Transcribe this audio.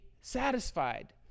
satisfied